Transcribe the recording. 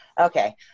Okay